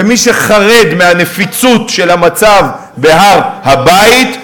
ומי שחרד מהנפיצות של המצב בהר-הבית,